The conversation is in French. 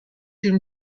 une